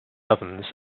ovens